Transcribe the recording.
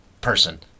Person